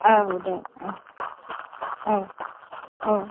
औ दे औ औ